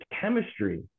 chemistry